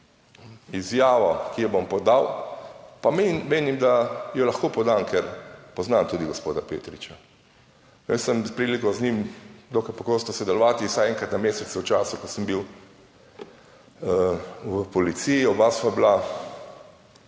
izjavo, ki jo bom podal, pa menim, da jo lahko podam, ker poznam tudi gospoda Petriča. Imel sem priliko z njim dokaj pogosto sodelovati, vsaj enkrat na mesec, v času, ko sem bil v policiji, oba sva bila